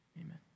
Amen